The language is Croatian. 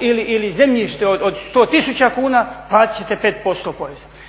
ili zemljište od 100 tisuća kuna platiti ćete 5% poreza.